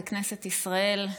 בכנסת ישראל.